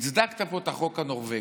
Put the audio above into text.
הצדקת פה את החוק הנורבגי,